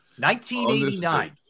1989